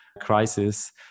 crisis